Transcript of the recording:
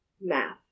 Math